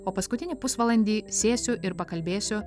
o paskutinį pusvalandį sėsiu ir pakalbėsiu